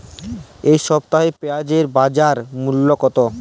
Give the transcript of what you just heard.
এ সপ্তাহে পেঁয়াজের বাজার মূল্য কত?